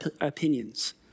opinions